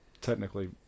Technically